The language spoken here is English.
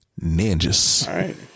Ninjas